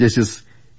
justice A